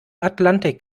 atlantik